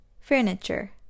Furniture